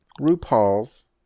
rupaul's